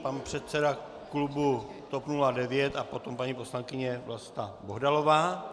Pan předseda klubu TOP 09 a potom paní poslankyně Vlasta Bohdalová.